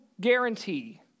guarantee